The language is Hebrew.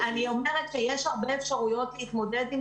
אני אומרת שיש הרבה אפשרויות להתמודד עם